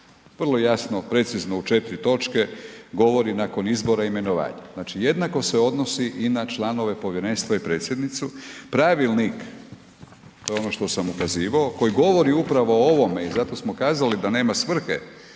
vrlo jasno, precizno, u 4. točke govori nakon izbora imenovanja. Znači, jednako se odnosi i na članove povjerenstva i predsjednicu. Pravilnik, to je ono što sam ukazivao, koji govori upravo o ovome i zato smo kazali da nema svrhe